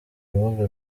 rubuga